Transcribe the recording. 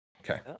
okay